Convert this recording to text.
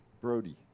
Brody